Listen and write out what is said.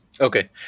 Okay